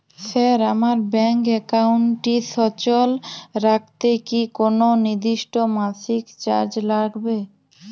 Sir আমার bank একাউন্টটি সচল রাখতে কি কোনো নির্দিষ্ট মাসিক চার্জ লাগবে?